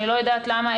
אני לא יודעת למה.